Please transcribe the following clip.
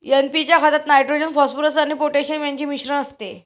NP च्या खतात nitrogen, phosphorus आणि पोटॅशियम यांचे मिश्रण असते